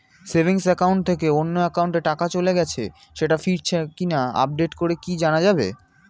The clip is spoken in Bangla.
সেভিংস একাউন্ট থেকে অন্য একাউন্টে টাকা চলে গেছে সেটা ফিরেছে কিনা আপডেট করে কি জানা যাবে?